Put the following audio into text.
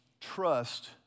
Trust